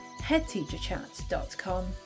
headteacherchat.com